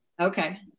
Okay